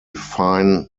fine